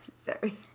sorry